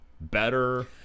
better